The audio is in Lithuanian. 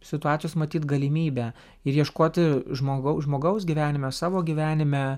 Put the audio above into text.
situacijos matyt galimybę ir ieškoti žmogau žmogaus gyvenime savo gyvenime